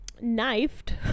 knifed